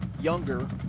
Younger